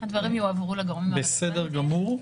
הדברים יועברו לגורמים הרלוונטיים --- בסדר גמור.